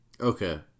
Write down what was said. Okay